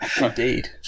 indeed